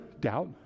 doubt